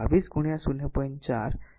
તેથી આ વાસ્તવમાં r p 4 જુઓ 22 જે 0